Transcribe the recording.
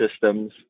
systems